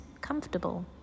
comfortable